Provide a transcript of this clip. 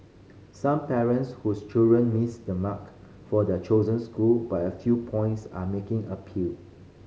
some parents whose children missed the mark for their chosen school by a few points are making appeal